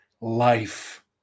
life